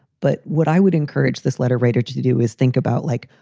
but what i would encourage this letter writer to do is think about like,